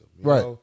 Right